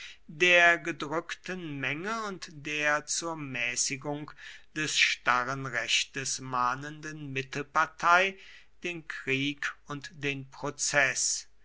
der gedrückten menge und der zur mäßigung des starren rechtes mahnenden mittelpartei den krieg und den prozeß